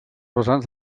vessants